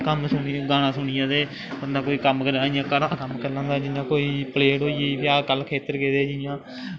कम्म शम्म गाना सुनियै ते बंदा कोई कम्म करी लैंदा इ'यां घरा दा कम्म करी लैंदा जियां कोई प्लेट होई गेई जां कल खेत्तर गेदे हे जियां